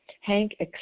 hank